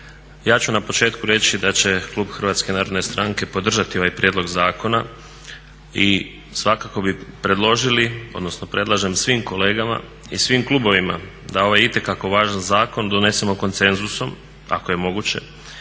Ja ću na početku reći da će klub HNS-a podržati ovaj prijedlog zakona i svakako bi predložili odnosno predlažem svim kolegama i svim klubovima da ovaj itekako važan zakon donesemo konsenzusom ako je moguće.